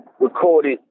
recorded